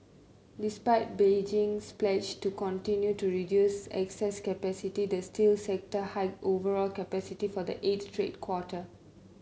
despite Beijing's pledge to continue to reduce excess capacity the steel sector hiked overall capacity for the eighth straight quarter